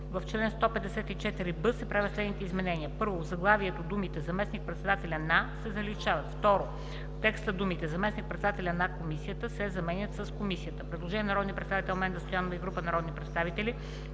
В чл. 154б се правят следните изменения: 1. В заглавието думите „заместник-председателя на“ се заличават. 2. В текста думите „Заместник-председателя на Комисията“ се заменят с „Комисията“.“ Предложение на народния представител Менда Стоянова и група народни представител.